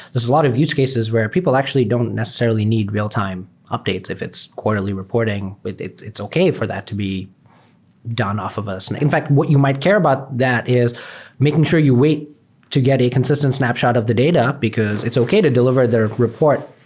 a lot of use cases where people actually don't necessarily need real-time updates if it's quarterly reporting. but it's okay for that to be done off of us. and in fact, what you might care about that is making sure you wait to get a consistent snapshot of the data because it's okay to deliver their report.